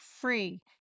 free